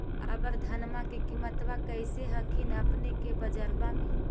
अबर धानमा के किमत्बा कैसन हखिन अपने के बजरबा में?